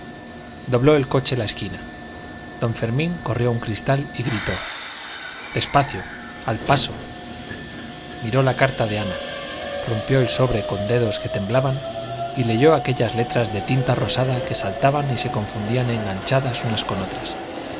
dobló el coche la esquina don fermín corrió un cristal y gritó despacio al paso miró la carta de ana rompió el sobre con dedos que temblaban y leyó aquellas letras de tinta rosada que saltaban y se confundían enganchadas unas con otras